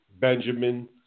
Benjamin –